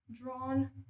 drawn